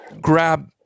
grab